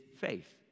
faith